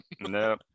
No